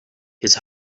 his